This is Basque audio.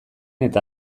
eta